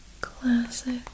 Classic